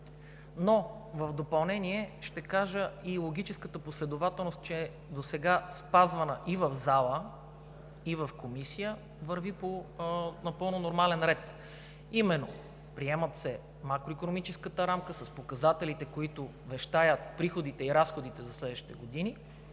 В допълнение ще кажа и логическата последователност, спазвана досега и в залата, и в Комисията, върви по напълно нормален ред, а именно – приемат се макроикономическата рамка с показателите, които вещаят приходите и разходите за следващите години,